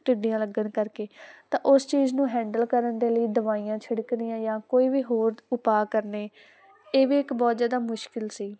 ਟਿੱਡੀਆਂ ਲੱਗਣ ਕਰਕੇ ਤਾਂ ਉਸ ਚੀਜ਼ ਨੂੰ ਹੈਂਡਲ ਕਰਨ ਦੇ ਲਈ ਦਵਾਈਆਂ ਛਿੜਕਦੀਆਂ ਜਾਂ ਕੋਈ ਵੀ ਹੋਰ ਉਪਾਅ ਕਰਨੇ ਇਹ ਵੀ ਇੱਕ ਬਹੁਤ ਜਿਆਦਾ ਮੁਸ਼ਕਿਲ ਸੀ